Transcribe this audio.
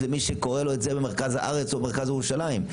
ממי שזה קורה לו במרכז הארץ או במרכז ירושלים.